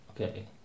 Okay